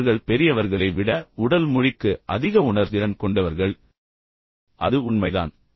எனவே அவர்கள் பெரியவர்களை விட உடல் மொழிக்கு அதிக உணர்திறன் கொண்டவர்கள் அது உண்மைதான்